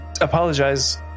apologize